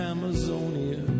Amazonia